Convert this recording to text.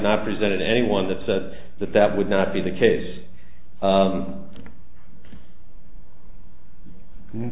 not presented anyone that said that that would not be the case